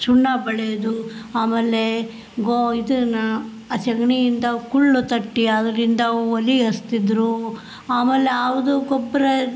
ಸುಣ್ಣ ಬಳ್ಯೋದು ಆಮೇಲೆ ಗೋ ಇದನ್ನು ಆ ಸಗಣಿಯಿಂದ ಕುಳ್ಳು ತಟ್ಟಿ ಅದರಿಂದ ಒಲೆ ಹಚ್ತಿದ್ರು ಆಮೇಲೆ ಆವುದ್ದು ಗೊಬ್ಬರ